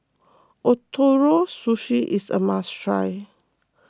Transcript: Ootoro Sushi is a must try